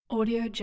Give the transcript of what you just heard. Audio